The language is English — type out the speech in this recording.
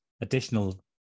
additional